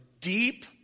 deep